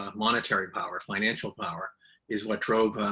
um monetary power, financial power is what drove,